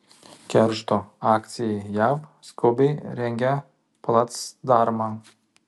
keršto akcijai jav skubiai rengia placdarmą